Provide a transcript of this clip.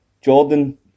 Jordan